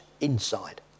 inside